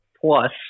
plus